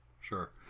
Sure